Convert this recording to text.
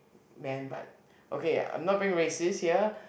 man but okay I'm not being racist here